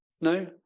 No